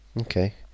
Okay